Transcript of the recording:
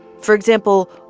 for example,